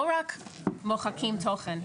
לא רק מוחקים תוכן,